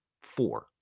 four